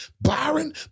Byron